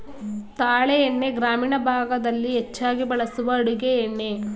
ತಾಳೆ ಎಣ್ಣೆ ಗ್ರಾಮೀಣ ಭಾಗದಲ್ಲಿ ಹೆಚ್ಚಾಗಿ ಬಳಸುವ ಅಡುಗೆ ಎಣ್ಣೆ